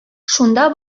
шунда